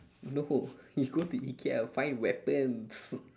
no you go to IKEA find weapons